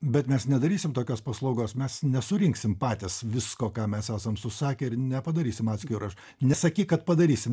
bet mes nedarysim tokios paslaugos mes nesurinksim patys visko ką mes esam susakę ir nepadarysim atskiro nesakyk kad padarysim